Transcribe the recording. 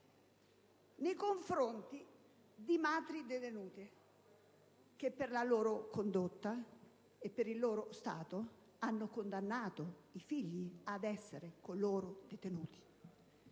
nei confronti di madri detenute che per la loro condotta ed il loro stato hanno condannato i figli ad essere con loro detenuti.